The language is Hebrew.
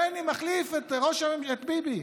בני מחליף את ביבי.